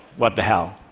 what the hell?